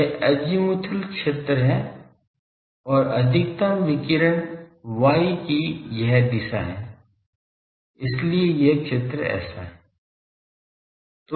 यह अजीमुथल क्षेत्र है और अधिकतम विकिरण y की यह दिशा है इसलिए यह क्षेत्र ऐसा है